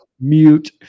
mute